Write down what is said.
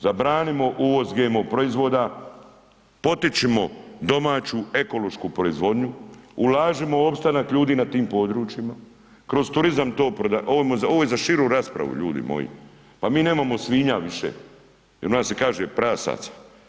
Zabranimo uvoz GMO proizvoda, potičimo domaću ekološku proizvodnju, ulažimo u opstanak ljudi na tim područjima, kroz turizam, ovo je za širu raspravu ljudi moji, pa mi nemamo svinja više, u nas se kaže prasaca.